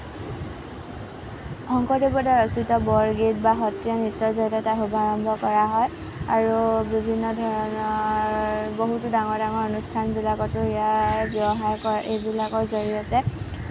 শংকৰদেৱৰ দ্বাৰা ৰচিত বৰগীত বা সত্ৰীয়া নৃত্যৰ জড়িয়তে তাত সভা আৰম্ভ কৰা হয় আৰু বিভিন্ন ধৰণৰ বহুতো ডাঙৰ ডাঙৰ অনুষ্ঠানবিলাকতো সেয়া ব্যৱহাৰ হয় এইবিলাকৰ জড়িয়তে